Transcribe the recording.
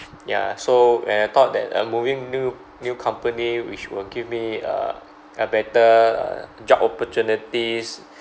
ya so and I thought that uh moving new new company which will give me uh a better uh job opportunities